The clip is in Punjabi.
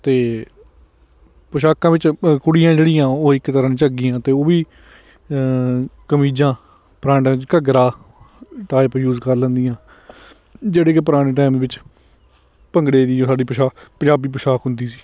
ਅਤੇ ਪੁਸ਼ਾਕਾਂ ਵਿੱਚ ਕੁੜੀਆਂ ਜਿਹੜੀਆਂ ਉਹ ਇੱਕ ਤਰ੍ਹਾਂ ਦੀ ਝੱਗੀਆਂ ਅਤੇ ਉਹ ਵੀ ਕਮੀਜ਼ਾਂ ਪਰੰਡ ਘੱਗਰਾ ਟਾਈਪ ਯੂਸ ਕਰ ਲੈਂਦੀਆਂ ਜਿਹੜੀ ਕਿ ਪੁਰਾਣੇ ਟੈਮ ਵਿੱਚ ਭੰਗੜੇ ਦੀ ਸਾਡੀ ਪੁਸ਼ਾ ਪੰਜਾਬੀ ਪੁਸ਼ਾਕ ਹੁੰਦੀ ਸੀ